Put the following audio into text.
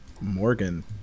Morgan